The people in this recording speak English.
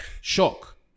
shock